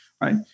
right